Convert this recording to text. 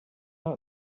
out